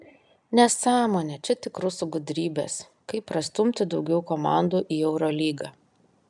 nesąmonė čia tik rusų gudrybės kaip prastumti daugiau komandų į eurolygą